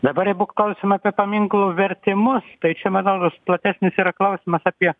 dabar imu klausimą apie paminklų vertimus tai čia manau platesnis yra klausimas apie